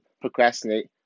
procrastinate